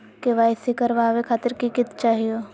KYC करवावे खातीर कि कि चाहियो?